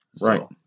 right